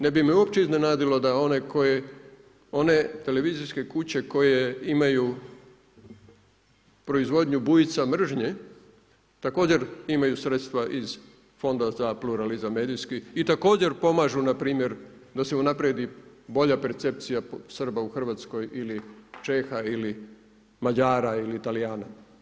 Ne bi me uopće iznenadilo da oni koje, one televizijske kuće koje imaju proizvodnju Bujica mržnje također imaju sredstva iz Fonda za pluralizam medijski i također pomažu npr. da se unaprijedi bolja percepcija Srba u Hrvatskoj ili Čeha ili Mađara ili Talijana.